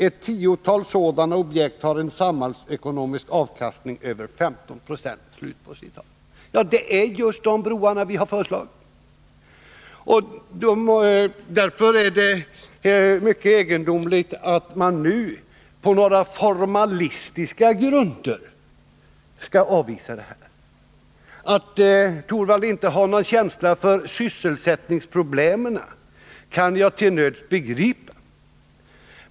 Ett tiotal sådana objekt har en samhällsekonomisk avkastning på över 15 96.” Det är just de broarna vi har föreslagit. Därför är det mycket egendomligt att man nu av formalistiska skäl skall avvisa detta. Att herr Torwald inte har någon känsla för sysselsättningsproblemet kan jag till nöds begripa.